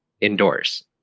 indoors